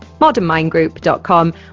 modernmindgroup.com